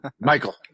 Michael